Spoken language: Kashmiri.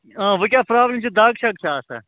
آ وۅنۍ کیٛاہ پرٛابلِم چھِ دَگ شگ چھا آسان